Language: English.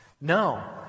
No